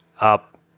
up